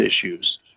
issues